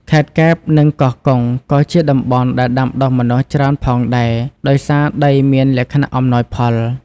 ខេត្តកែប និង កោះកុង ក៏ជាតំបន់ដែលដាំដុះម្នាស់ច្រើនផងដែរ ដោយសារដីមានលក្ខណៈអំណោយផល។